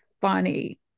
funny